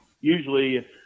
usually